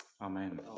Amen